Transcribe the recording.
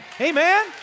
Amen